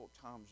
times